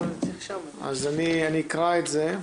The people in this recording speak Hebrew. אז אני אקרא את זה.